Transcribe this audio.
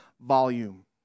volume